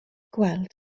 gweld